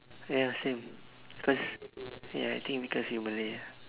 ya same cause ya I think because you Malay ah